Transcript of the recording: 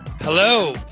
Hello